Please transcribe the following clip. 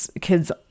kids